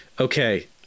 Okay